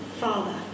Father